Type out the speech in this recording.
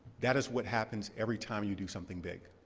that is what happens every time you do something big.